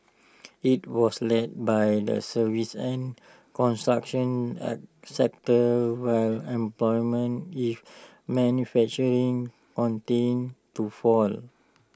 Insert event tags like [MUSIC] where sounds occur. IT was led by the services and construction [HESITATION] sectors while employment in manufacturing continued to fall